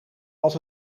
als